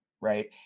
Right